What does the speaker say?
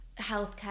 healthcare